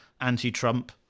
anti-Trump